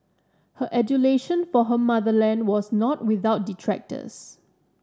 her adulation for her motherland was not without detractors